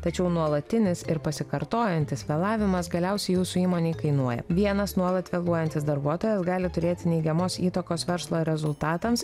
tačiau nuolatinis ir pasikartojantis vėlavimas galiausiai jūsų įmonei kainuoja vienas nuolat vėluojantis darbuotojas gali turėti neigiamos įtakos verslo rezultatams